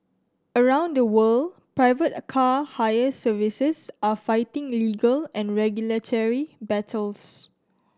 around the world private car hire services are fighting legal and regulatory battles